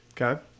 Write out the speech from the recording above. Okay